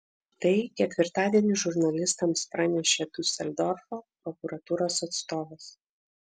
tai ketvirtadienį žurnalistams pranešė diuseldorfo prokuratūros atstovas